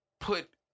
put